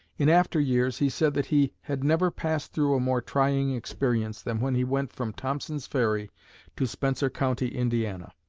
in after years he said that he had never passed through a more trying experience than when he went from thompson's ferry to spencer county, indiana.